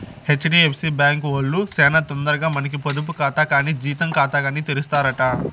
HDFC bank వాల్లు సేనా తొందరగా మనకి పొదుపు కాతా కానీ జీతం కాతాగాని తెరుస్తారట